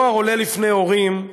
נוער עולה לפני הורים,